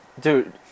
Dude